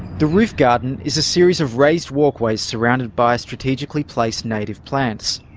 the roof garden is a series of raised walkways surrounded by strategically placed native plants.